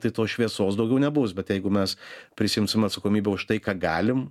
tai tos šviesos daugiau nebus bet jeigu mes prisiimsim atsakomybę už tai ką galim